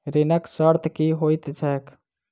ऋणक शर्त की होइत छैक?